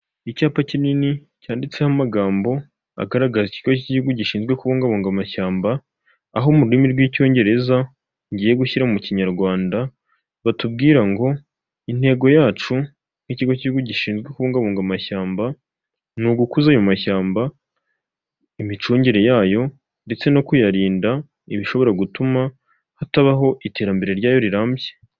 Tengamara na tiveya twongeye kubatengamaza, ishimwe kuri tiveya ryongeye gutangwa ni nyuma y'ubugenzuzi isuzuma n'ibikorwa byo kugaruza umusoro byakozwe dukomeje gusaba ibiyamu niba utariyandikisha kanda kannyeri maganainani urwego ukurikiza amabwiriza nibayandikishije zirikana fatire ya ibiyemu no kwandikisha nimero yawe ya telefone itanga n amakuru.